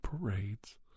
parades